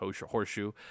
Horseshoe